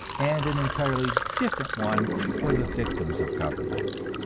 and an entirely different one for the victims of governments.